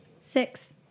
Six